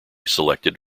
selected